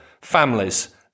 families